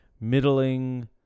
middling